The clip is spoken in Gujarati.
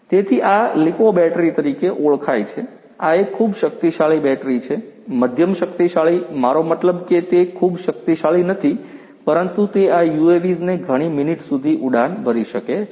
તેથી આ લિપો બેટરી તરીકે ઓળખાય છે આ એક ખૂબ શક્તિશાળી બેટરી છે મધ્યમ શક્તિશાળી મારો મતલબ કે તે ખૂબ શક્તિશાળી નથી પરંતુ તે આ UAVs ને ઘણી મિનિટ સુધી ઉડાન ભરી શકે છે